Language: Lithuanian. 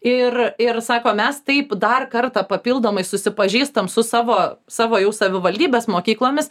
ir ir sako mes taip dar kartą papildomai susipažįstam su savo savo jau savivaldybės mokyklomis